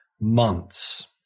months